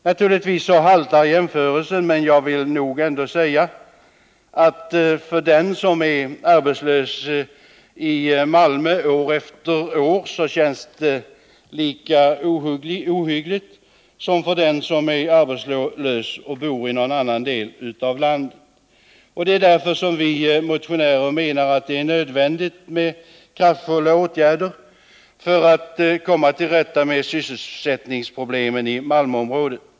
Naturligtvis haltar jämförelsen, men jag vill ändå säga att för den som är arbetslös i Malmö år efter år känns det lika ohyggligt som för den som är arbetslös och bor i någon annan del av landet. Det är därför som vi motionärer menar att det är nödvändigt med kraftfulla åtgärder för att komma till rätta med sysselsättningsproblemen i Malmöområdet.